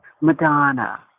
Madonna